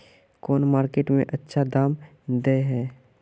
कौन मार्केट में अच्छा दाम दे है?